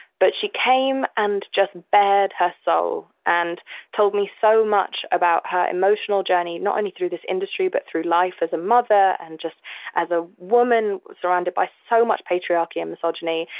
but she came and just bared her soul so and told me so much about her emotional journey, not only through this industry, but through life as a mother and just as a woman surrounded by so much patriarchy and misogyny.